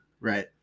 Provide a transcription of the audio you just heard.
Right